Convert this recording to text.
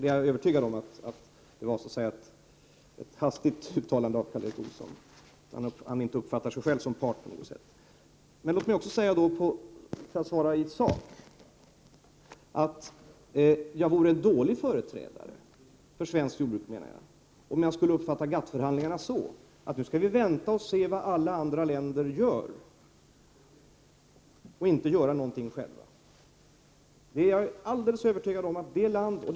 Jag är övertygad om att det uttalande som jag syftar på kom litet för hastigt till. Säkerligen uppfattar Karl Erik Olsson sig inte som part på något sätt. Så till sakfrågan. Jag vore en dålig företrädare för svenskt jordbruk om jag uppfattade GATT-förhandlingarna så, att det är bäst för oss att vänta och se vad alla andra länder gör. Under tiden skall vi alltså inte göra någonting själva.